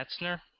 Metzner